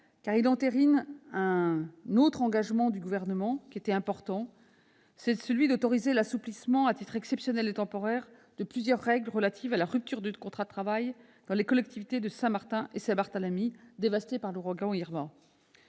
car il entérine un autre engagement, important, du Gouvernement : celui d'autoriser l'assouplissement, à titre exceptionnel et temporaire, de plusieurs règles relatives à la rupture du contrat de travail dans les collectivités de Saint-Martin et Saint-Barthélemy, dévastées par l'ouragan Irma.